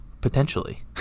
potentially